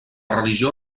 religió